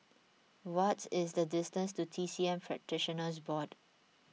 what is the distance to T C M Practitioners Board